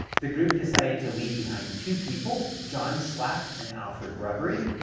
the group decided to leave behind two people, john slack and alfred rubery,